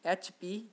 H P